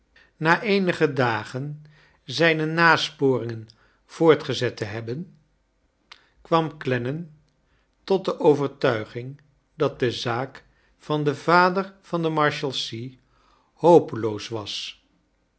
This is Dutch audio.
na eenige dagen zijne nasporingen voortgezet te hebben kwam clennam tot de overtuiging dat de zaak van den yader van de marshallsea hopeloos was